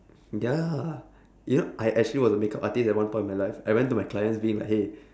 ya yup I actually was a makeup artist at one point in my life I went to my clients being like hey